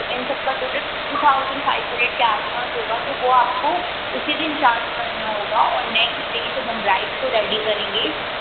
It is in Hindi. तो इन सब का total two thousand five hundred के आस पास होगा तो वो आपको उसी दिन चार्ज करना होगा और नेक्स्ट डे जब हम ब्राइड को रेडी करेंगे